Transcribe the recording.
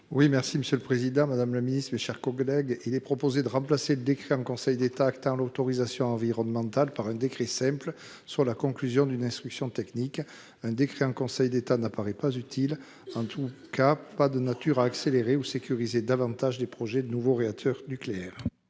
Buis, pour présenter l'amendement n° 104 rectifié. Il est proposé de remplacer le décret en Conseil d'État actant l'autorisation environnementale par un décret simple sur la conclusion d'une instruction technique. Un décret en Conseil d'État ne paraît pas utile, en tout cas pas de nature à accélérer ou sécuriser davantage les projets de nouveaux réacteurs nucléaires.